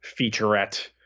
featurette